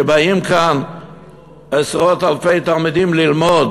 שבאים לכאן עשרות אלפי תלמידים ללמוד